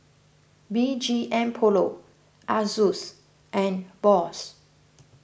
B G M Polo Asus and Bose